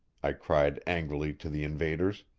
i cried angrily to the invaders.